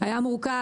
היה מורכב